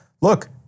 Look